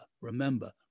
remember